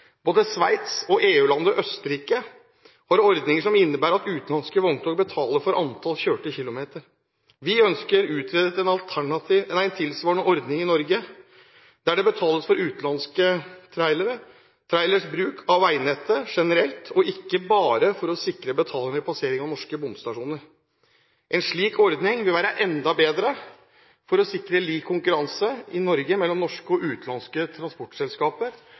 Både Sveits og EU-landet Østerrike har ordninger som innebærer at utenlandske vogntog betaler for antall kjørte kilometer. Vi ønsker utredet en tilsvarende ordning i Norge, der det betales for utenlandske trailere, trailers bruk av veinettet generelt, og ikke bare for å sikre betaling ved passering av norske bomstasjoner. En slik ordning vil være enda bedre for å sikre lik konkurranse i Norge mellom norske og utenlandske transportselskaper,